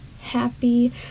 happy